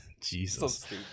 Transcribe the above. Jesus